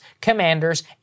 commanders